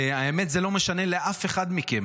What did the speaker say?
והאמת, זה לא משנה לאף אחד מכם.